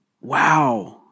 wow